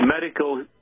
medical